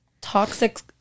toxic